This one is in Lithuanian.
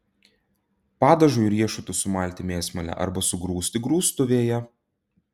padažui riešutus sumalti mėsmale arba sugrūsti grūstuvėje